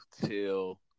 till